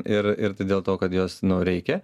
ir ir tai dėl to kad jos nu reikia